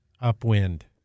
Upwind